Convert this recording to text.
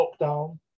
lockdown